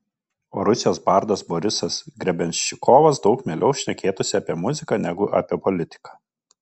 o rusijos bardas borisas grebenščikovas daug mieliau šnekėtųsi apie muziką negu apie politiką